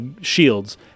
shields